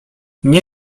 mnie